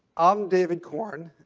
i'm david corn.